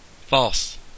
False